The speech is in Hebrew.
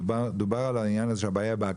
דובר על העניין שהבעיה באכיפה,